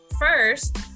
first